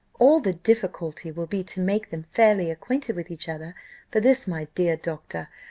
all the difficulty will be to make them fairly acquainted with each other for this, my dear doctor,